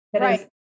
Right